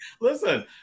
Listen